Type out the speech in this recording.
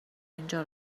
اینجا